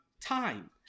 time